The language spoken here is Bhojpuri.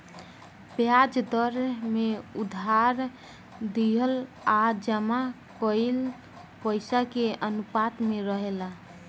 ब्याज दर में उधार दिहल आ जमा कईल पइसा के अनुपात में रहेला